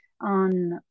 on